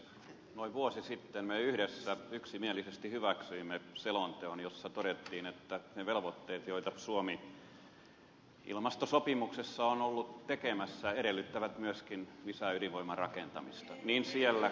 noin vuosi sitten me yhdessä yksimielisesti hyväksyimme selonteon jossa todettiin että ne velvoitteet joita suomi ilmastosopimuksessa on ollut tekemässä edellyttävät myöskin lisäydinvoiman rakentamista niin siellä kuin täälläkin